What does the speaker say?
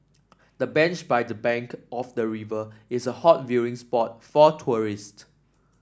the bench by the bank of the river is a hot viewing spot for tourists